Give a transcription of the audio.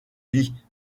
vie